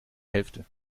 hälfte